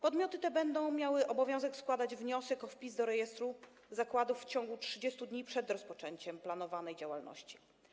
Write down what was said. Podmioty te będą miały obowiązek składać wniosek o wpis do rejestru zakładów w ciągu 30 dni przed rozpoczęciem planowanej działalności.